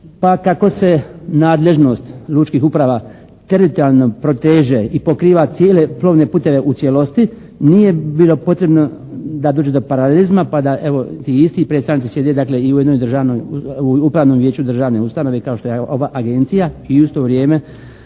Pa kako se nadležnost lučkih uprava teritorijalno proteže i pokriva cijele plovne puteve u cijelosti nije bilo potrebno da dođe do paralelizma pa da evo ti isti predstavnici sjede, dakle, i u jednoj državnoj, upravnom vijeću državne ustanove kao što je ova agencija. I uz to vrijeme